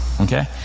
Okay